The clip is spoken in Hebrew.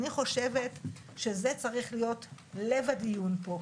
אני חושבת שזה צריך להיות לב הדיון פה,